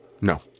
No